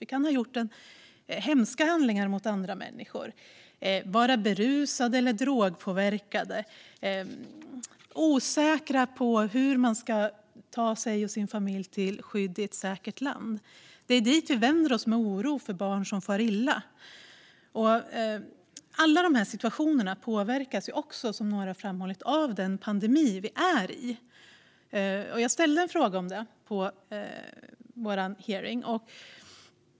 Vi kan ha gjort hemska saker mot andra människor och vara berusade eller drogpåverkade. Man kan vara osäker på hur man ska ta sig och sin familj till ett säkert land. Det är till myndigheterna man vänder sig med oro för barn som far illa. Alla de här situationerna påverkas, som några har framhållit, av den pandemi som vi är i. Jag ställde en fråga om detta på vår hearing.